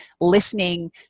listening